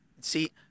See